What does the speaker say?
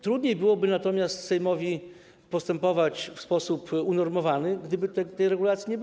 Trudniej byłoby natomiast Sejmowi postępować w sposób unormowany, gdyby tej regulacji nie było.